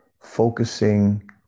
focusing